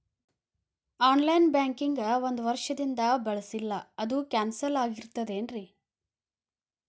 On line banking ಒಂದ್ ವರ್ಷದಿಂದ ಬಳಸಿಲ್ಲ ಅದು ಕ್ಯಾನ್ಸಲ್ ಆಗಿರ್ತದೇನ್ರಿ?